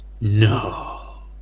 no